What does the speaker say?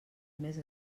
més